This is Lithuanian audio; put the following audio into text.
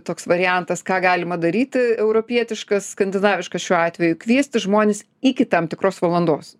toks variantas ką galima daryti europietiškas skandinaviškas šiuo atveju kviesti žmones iki tam tikros valandos